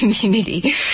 community